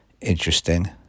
interesting